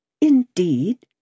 Indeed